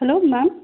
hello ma'am